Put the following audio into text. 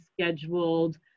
scheduled